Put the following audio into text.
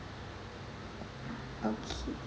okay